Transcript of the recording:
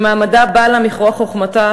שמעמדה בא לה מכוח חוכמתה,